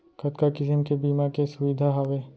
कतका किसिम के बीमा के सुविधा हावे?